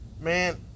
man